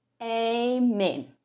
Amen